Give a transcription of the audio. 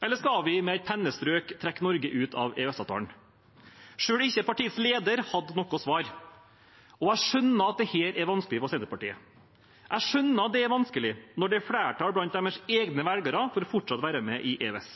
Eller skal vi med et pennestrøk trekke Norge ut av EØS-avtalen? Selv ikke partiets leder hadde noe svar. Jeg skjønner at dette er vanskelig for Senterpartiet. Jeg skjønner at det er vanskelig når det er flertall blant deres egne velgere for fortsatt å være med i EØS.